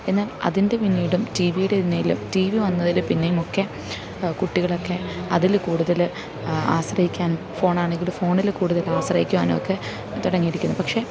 എന്നാൽ അതിൻ്റെ പിന്നീടും ടീ വിയുടെ പിന്നിലും ടീ വി വന്നതിൽ പിന്നെയുമൊക്കെ കുട്ടികളൊക്കെ അതിൽ കൂടുതൽ ആശ്രയിക്കാൻ ഫോണാണെങ്കിൽ ഫോണിൽ കൂടുതൽ ആശ്രയിക്കുവാനൊക്കെ തുടങ്ങിയിരിക്കുന്നു പക്ഷെ